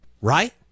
Right